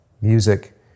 music